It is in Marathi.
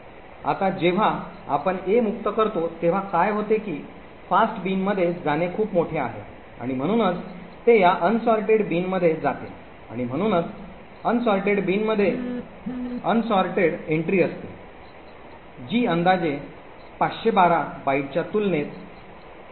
आता जेव्हा आपण a मुक्त करतो तेव्हा काय होते की फास्ट बिनमध्ये जाणे खूप मोठे आहे आणि म्हणूनच ते या अनसॉर्टर्ड बिनमध्ये जाते आणि म्हणूनच अनसॉर्टर्ड बिनमध्ये एन्ट्री असते जी अंदाजे 512 बाइटच्या तुलनेत असते